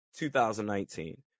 2019